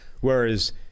Whereas